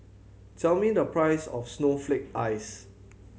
tell me the price of snowflake ice